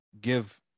give